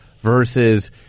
versus